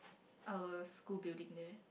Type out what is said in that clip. our school building there